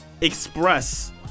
express